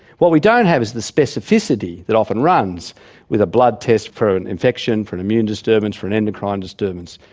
what we don't have is the specificity specificity that often runs with a blood test for an infection, for an immune disturbance, for an endocrine disturbance,